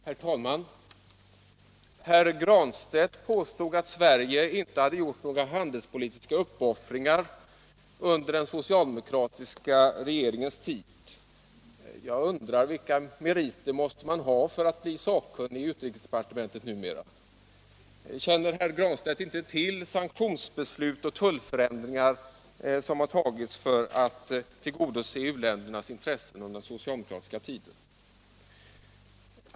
Herr talman! Herr Granstedt påstod att Sverige inte hade gjort några handelspolitiska uppoffringar under den socialdemokratiska regeringens tid. Vilka meriter måste man ha för att bli sakkunnig i utrikesdepartementet numera? Känner herr Granstedt inte till de beslut om sanktioner och tullförändringar som fattades under den socialdemokratiska regeringens tid för att tillgodose u-ländernas intressen?